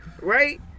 Right